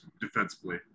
defensively